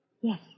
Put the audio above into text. Yes